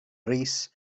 rees